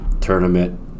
Tournament